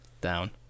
down